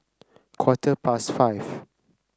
quarter past five